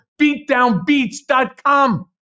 beatdownbeats.com